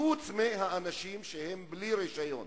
חוץ מהאנשים שהם בלי רשיון.